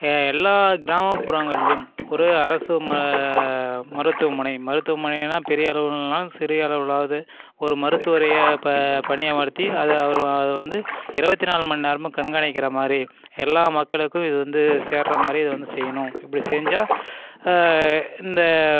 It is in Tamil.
எல்லா கிராமப்புறங்களேயும் ஒரு அரசு மருத்துவமனை மருத்துவமனைன்னா பெரிய அளவில் இல்லைனாலும் சிறிய அளவிலயாவது ஒரு மருத்துவரை பணி அமர்த்தி அதை அவர் அதை வந்து இருபத்தி நாலு மணி நேரமும் கண்காணிக்கிற மாதிரி எல்லா மக்களுக்கும் இது வந்து சேர்கிற மாதிரி இதை வந்து செய்யணும் இப்படி செஞ்சால் இந்த